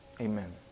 amen